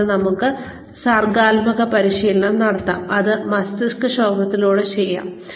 കൂടാതെ നമുക്ക് സർഗ്ഗാത്മക പരിശീലനം നടത്താം അത് മസ്തിഷ്കപ്രക്ഷോഭത്തിലൂടെ ചെയ്യാം